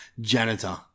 janitor